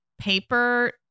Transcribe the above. paper